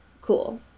cool